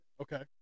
okay